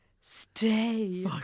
stay